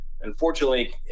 Unfortunately